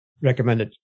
recommended